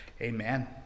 Amen